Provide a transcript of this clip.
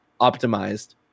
optimized